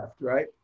right